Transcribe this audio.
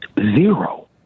Zero